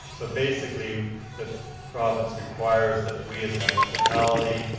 so basically the province requires, that we as a municipality,